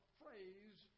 phrase